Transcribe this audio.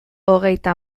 hogeita